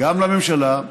גם לממשלה,